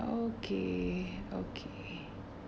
okay okay